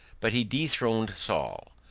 but he dethroned saul.